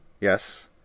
Yes